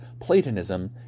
Platonism